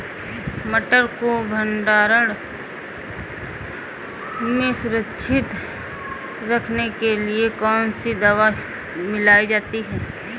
मटर को भंडारण में सुरक्षित रखने के लिए कौन सी दवा मिलाई जाती है?